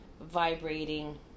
vibrating